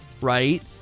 right